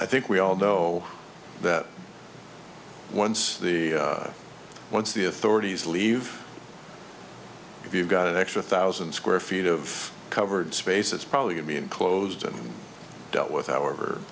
i think we all know that once the once the authorities leave if you've got an extra thousand square feet of covered space it's probably i mean closed and dealt with however